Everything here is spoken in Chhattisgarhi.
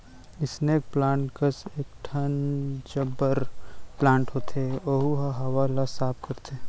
स्नेक प्लांट कस एकठन जरबरा प्लांट होथे ओहू ह हवा ल साफ करथे